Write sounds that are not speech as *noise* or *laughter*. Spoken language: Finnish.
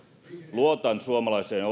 luotan suomalaiseen *unintelligible*